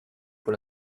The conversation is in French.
pour